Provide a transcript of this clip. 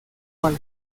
mal